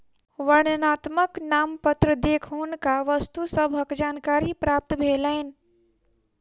वर्णनात्मक नामपत्र देख हुनका वस्तु सभक जानकारी प्राप्त भेलैन